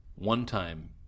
One-time